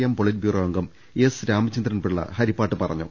M politburo അംഗം S Ramachandran Pillai Harippad പറഞ്ഞു